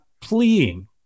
pleading